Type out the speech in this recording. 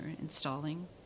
installing